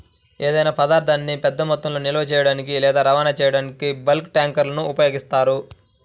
ఏదైనా పదార్థాన్ని పెద్ద మొత్తంలో నిల్వ చేయడానికి లేదా రవాణా చేయడానికి బల్క్ ట్యాంక్లను ఉపయోగిస్తారు